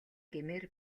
гэмээр